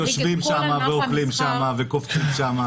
ויושבים שם ואוכלים שם וקופצים שם.